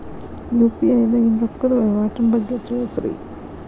UPI ದಾಗಿನ ರೊಕ್ಕದ ವಹಿವಾಟಿನ ಬಗ್ಗೆ ತಿಳಸ್ರಿ